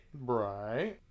Right